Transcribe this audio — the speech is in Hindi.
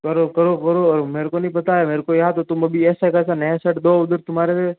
करो करो करो और मेरे को नहीं पता है मेरे को या तो तुम अभी ऐसा का ऐसा नया शर्ट दो उधर तुम्हारे से